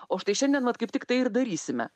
o štai šiandien vat kaip tik tai ir darysime